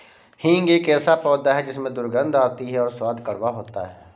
हींग एक ऐसा पौधा है जिसमें दुर्गंध आती है और स्वाद कड़वा होता है